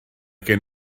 gen